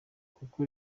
kuko